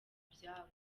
ibyabo